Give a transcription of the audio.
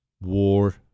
War